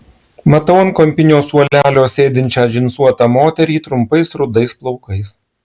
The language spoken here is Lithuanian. matau ant kampinio suolelio sėdinčią džinsuotą moterį trumpais rudais plaukais